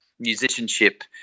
musicianship